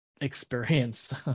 experience